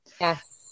Yes